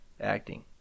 Acting